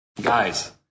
Guys